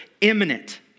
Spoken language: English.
imminent